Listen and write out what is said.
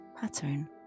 pattern